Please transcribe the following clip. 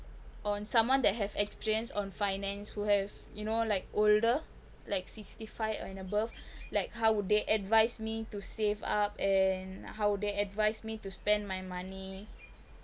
on someone that have experience on finance who have you know like older like sixty five and above like how would they advise me to save up and how they advised me to spend my money